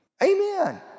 Amen